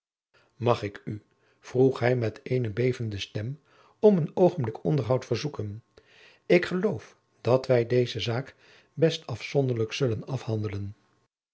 mag ik u vroeg hij met eene bevende stem jacob van lennep de pleegzoon om een oogenblik onderhoud verzoeken ik geloof dat wij deze zaak best afzonderlijk zullen afhandelen